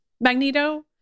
Magneto